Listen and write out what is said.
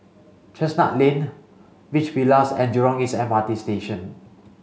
Chestnut Lane Beach Villas and Jurong East M R T Station